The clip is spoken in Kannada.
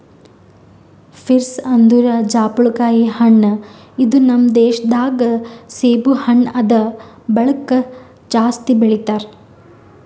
ಪೀರ್ಸ್ ಅಂದುರ್ ಜಾಪುಳಕಾಯಿ ಹಣ್ಣ ಇದು ನಮ್ ದೇಶ ದಾಗ್ ಸೇಬು ಹಣ್ಣ ಆದ್ ಬಳಕ್ ಜಾಸ್ತಿ ಬೆಳಿತಾರ್